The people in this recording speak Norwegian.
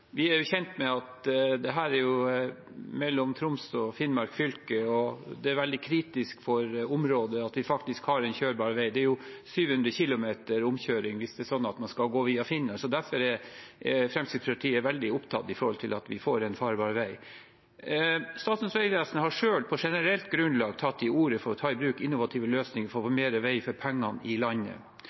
Vi er kjent med at dette er mellom Troms og Finnmark fylke, og det er veldig kritisk for området at vi faktisk har en kjørbar vei. Det er jo 700 km omkjøring hvis man må kjøre via Finland. Derfor er Fremskrittspartiet veldig opptatt av at vi får en farbar vei. Statens vegvesen har selv på generelt grunnlag tatt til orde for å ta i bruk innovative løsninger for å få mer vei for pengene i landet